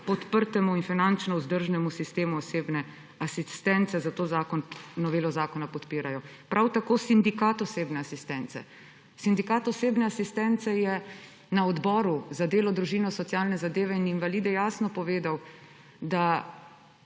podprtemu in finančno vzdržnemu sistemu osebne asistence, zato novelo zakona podpirajo. Prav tako Sindikat osebne asistence. Sindikat osebne asistence je na Odboru za delo, družino, socialne zadeve in invalide jasno povedal, da